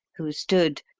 who stood,